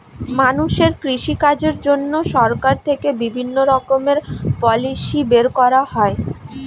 মানুষের কৃষি কাজের জন্য সরকার থেকে বিভিন্ন রকমের পলিসি বের করা হয়